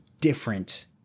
different